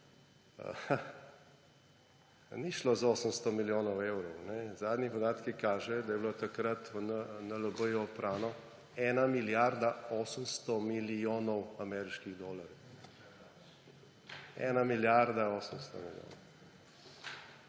Ni šlo za 800 milijonov evrov, zadnji podatki kažejo, da je bilo takrat v NLB oprano 1 milijarda 800 milijonov ameriških dolarjev, 1 milijarda 800 milijonov.